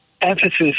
emphasis